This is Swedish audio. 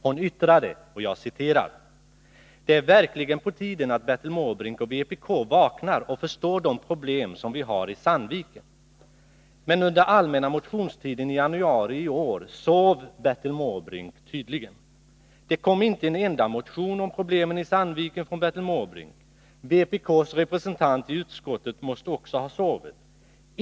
Hon yttrade då: ”Det är verkligen på tiden att Bertil Måbrink och vpk vaknar och förstår de problem som vi har i Sandviken. Men under allmänna motionstiden i januari i år sov Bertil Måbrink tydligen; det kom inte en enda motion om problemen i Sandviken från Bertil Måbrink. Vpk:s representant i utskottet måste också ha sovit.